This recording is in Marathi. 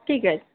ठीक आहे